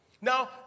Now